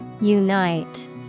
Unite